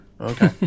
okay